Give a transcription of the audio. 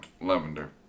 Lavender